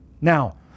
now